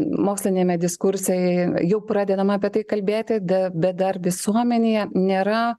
moksliniame diskurse jau pradedama apie tai kalbėti di bet dar visuomenėje nėra